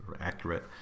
accurate